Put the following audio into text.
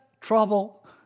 trouble